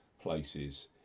places